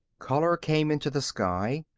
color came into the sky.